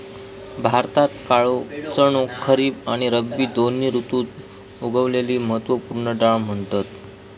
भारतात काळो चणो खरीब आणि रब्बी दोन्ही ऋतुत उगवलेली महत्त्व पूर्ण डाळ म्हणतत